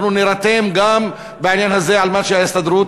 אנחנו נירתם גם בעניין הזה על מנת שההסתדרות